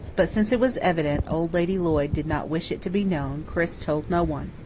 but since it was evident old lady lloyd did not wish it to be known, chris told no one.